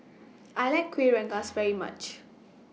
I like Kuih Rengas very much